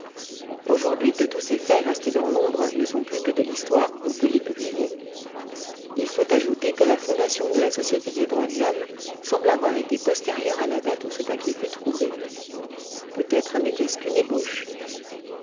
aujourd'hui que tous ces faits restés dans l'ombre ne sont plus que de l'histoire on peut les publier il faut ajouter que la fondation de la société des droits de l'homme semble avoir été postérieure à la date où ce papier fut trouvé peut-être n'était-ce qu'une ébauche